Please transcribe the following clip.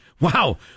Wow